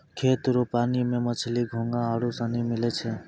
खेत रो पानी मे मछली, घोंघा आरु सनी मिलै छै